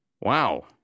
Wow